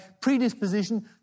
predisposition